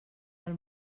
del